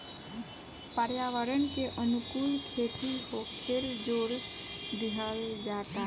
पर्यावरण के अनुकूल खेती होखेल जोर दिहल जाता